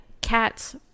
cats